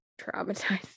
traumatized